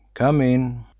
come in.